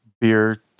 beer